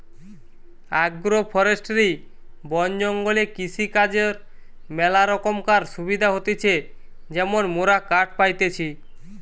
agro forestry বন জঙ্গলে কৃষিকাজর ম্যালা রোকমকার সুবিধা হতিছে যেমন মোরা কাঠ পাইতেছি